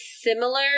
similar